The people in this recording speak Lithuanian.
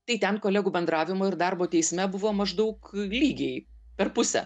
tai ten kolegų bendravimo ir darbo teisme buvo maždaug lygiai per pusę